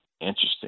interesting